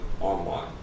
online